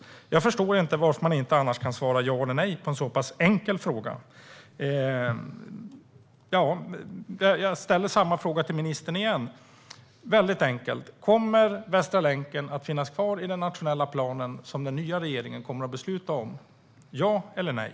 Annars förstår jag inte varför man inte kan svara ja eller nej på en så pass enkel fråga. Jag ställer samma fråga till ministern igen: Kommer Västra länken att finnas kvar i den nationella planen som den nya regeringen kommer att besluta om - ja eller nej?